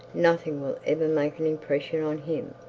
nothing will ever make an impression on him.